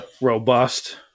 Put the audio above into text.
robust